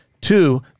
Two